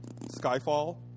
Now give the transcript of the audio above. *Skyfall*